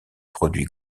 produits